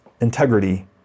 integrity